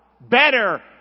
Better